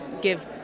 give